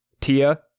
Tia